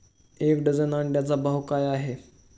एक डझन अंड्यांचा भाव काय आहे?